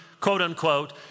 quote-unquote